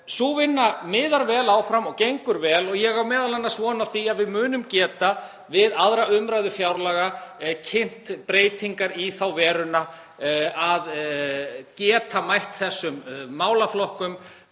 vinnu miðar vel áfram og hún gengur vel og ég á m.a. von á því að við munum geta við 2. umræðu fjárlaga kynnt breytingar í þá veru að geta mætt þessum málaflokkum